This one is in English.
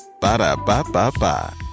Ba-da-ba-ba-ba